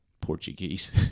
Portuguese